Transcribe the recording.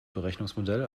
berechnungsmodell